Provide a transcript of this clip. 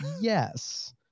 Yes